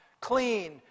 clean